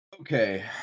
Okay